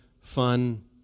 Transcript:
fun